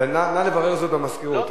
נא לברר את זה במזכירות.